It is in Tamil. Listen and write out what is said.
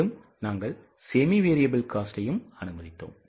மேலும் நாங்கள் semi variable costஐ அனுமதித்தோம்